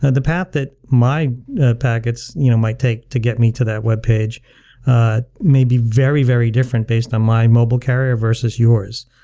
the path that my packets you know might take to get me to that webpage may be very very different based on my mobile carrier versus yours.